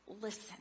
listen